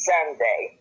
Sunday